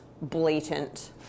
blatant